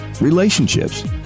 relationships